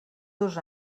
dos